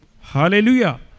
Hallelujah